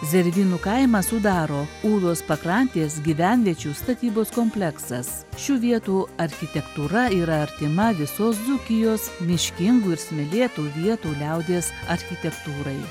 zervynų kaimą sudaro ūlos pakrantės gyvenviečių statybos kompleksas šių vietų architektūra yra artima visos dzūkijos miškingų ir smėlėtų vietų liaudies architektūrai